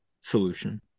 solution